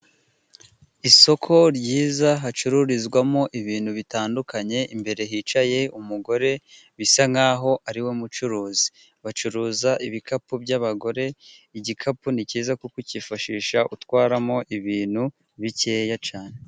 Isoko ryiza hacururizwamo ibintu bitandukanye, imbere hicaye umugore bisa nkaho ariwe mucuruzi, bacuruza ibikapu by'abagore, igikapu ni cyiza kuko cyifashishwa utwaramo ibintu bikeya cyane.